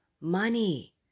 money